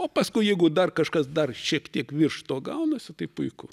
o paskui jeigu dar kažkas dar šiek tiek virš to gaunasi tai puiku